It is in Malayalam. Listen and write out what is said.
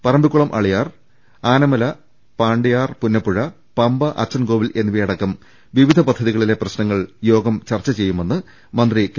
പറമ്പിക്കുളം ആളിയാർ ആനമല പാണ്ടിയാർ പുന്നപ്പുഴ പമ്പ അച്ചൻകോവിൽ എന്നിവയടക്കം വിവിധ പദ്ധതികളിലെ പ്രശ്നങ്ങൾ യോഗം ചർച്ച ചെയ്യുമെന്ന് മന്ത്രി കെ